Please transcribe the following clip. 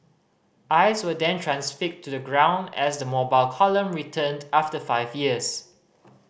eyes were then transfixed to the ground as the Mobile Column returned after five years